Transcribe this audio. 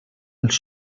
els